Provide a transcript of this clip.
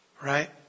Right